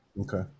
Okay